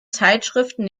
zeitschriften